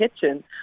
kitchen